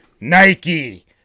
Nike